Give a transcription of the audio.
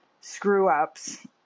screw-ups